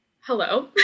hello